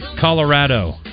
Colorado